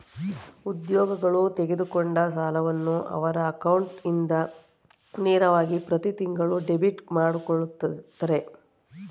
ಉದ್ಯೋಗಗಳು ತೆಗೆದುಕೊಂಡ ಸಾಲವನ್ನು ಅವರ ಅಕೌಂಟ್ ಇಂದ ನೇರವಾಗಿ ಪ್ರತಿತಿಂಗಳು ಡೆಬಿಟ್ ಮಾಡಕೊಳ್ಳುತ್ತರೆ